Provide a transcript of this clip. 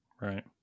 Right